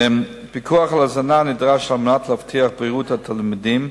פיקוח על הזנה נדרש על מנת להבטיח את בריאות התלמידים,